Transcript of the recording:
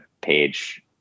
page